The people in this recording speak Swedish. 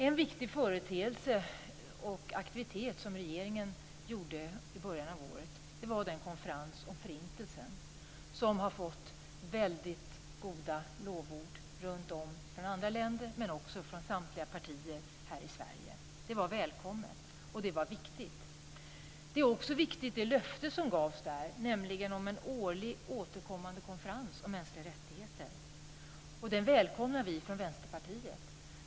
En viktig företeelse, och en viktig aktivitet som regeringen skapade i början av året, var den konferens om Förintelsen som har fått väldigt många lovord från andra länder, men också från samtliga partier här i Sverige. Den var välkommen, och den var viktig. Det löfte som gavs där, om en årlig återkommande konferens om mänskliga rättigheter, är också viktigt. Det välkomnar vi från Vänsterpartiet.